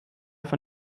von